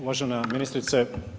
Uvažena ministrice.